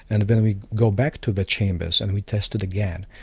and then we go back to the chambers and we test it again.